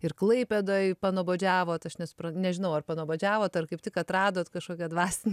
ir klaipėdoj panuobodžiavot aš nes nežinau ar panuobodžiavot ar kaip tik atradot kažkokią dvasinę